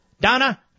Donna